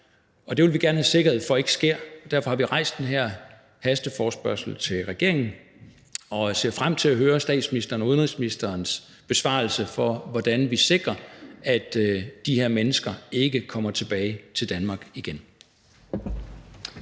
og det vil vi gerne have sikkerhed for ikke sker. Derfor har vi rejst den her hasteforespørgsel til regeringen og ser frem til at høre statsministerens og udenrigsministerens besvarelse på, hvordan vi sikrer, at de her mennesker ikke kommer tilbage til Danmark igen.